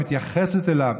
מתייחסת אליו,